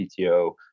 PTO